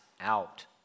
out